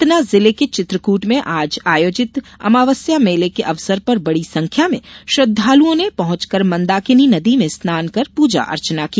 सतना जिले के चित्रकूट में आज आयोजित अमावस्या मेले के अवसर पर बड़ी संख्या में श्रद्वालुओं ने पहुंच कर मंदाकिनी नदी में स्नान कर पूजा अर्चना की